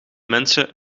mensen